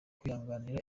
kwihanganira